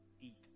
eat